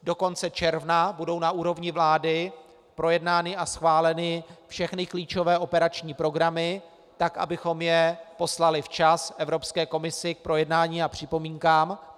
Do konce června budou na úrovni vlády projednány a schváleny všechny klíčové operační programy tak, abychom je poslali včas Evropské komisi k projednání a připomínkám.